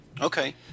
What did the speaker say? Okay